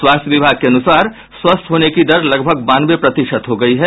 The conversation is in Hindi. स्वास्थ्य विभाग के अनुसार स्वस्थ होने की दर लगभग बानवे प्रतिशत हो गयी है